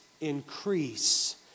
Increase